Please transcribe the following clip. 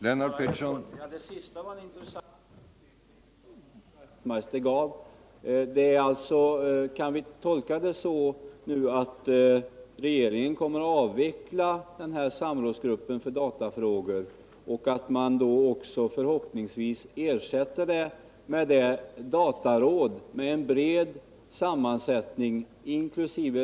Herr talman! Det sista var en intressant upplysning som Knut Wachtmeister gav. Kan vi tolka det så att regeringen kommer att avveckla samrådsgruppen för datafrågor och att man då förhoppningsvis ersätter den med ett dataråd med en bred sammansättning, inkl.